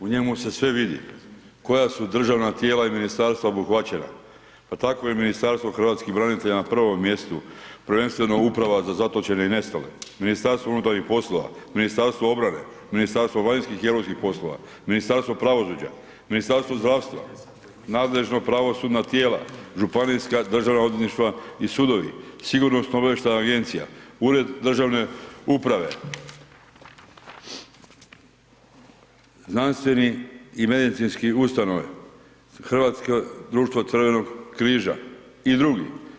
U njemu se sve vidi, koja su državna tijela i ministarstva obuhvaćena pa tako i Ministarstvo hrvatskih branitelja na prvom mjestu, prvenstveno uprava za zatočene i nestale, Ministarstvo unutarnjih poslova, Ministarstvo obrane, Ministarstvo vanjskih i europskih poslova, Ministarstvo pravosuđa, Ministarstvo zdravstva, nadležna pravosudna tijela, županijska državna odvjetništva i sudovi, sigurnosno obavještajna agencija, ured državne uprave, znanstvene i medicinske ustanove, Hrvatsko društvo Crvenog križa i drugi.